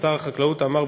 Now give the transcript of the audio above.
שר החקלאות אמר,